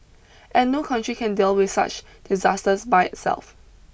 and no country can deal with such disasters by itself